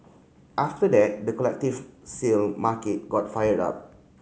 after that the collective sale market got fired up